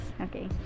okay